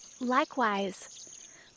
Likewise